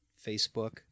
Facebook